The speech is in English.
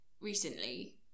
recently